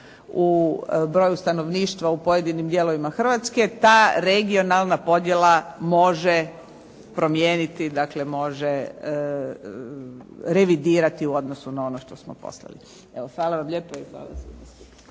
u broju stanovništva u pojedinim dijelovima Hrvatske ta regionalna podjela može promijeniti. Dakle, može revidirati u odnosu na ono što smo poslali. Evo hvala vam lijepo. **Bebić, Luka